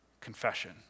Confession